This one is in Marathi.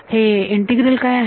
हे इंटीग्रल काय आहे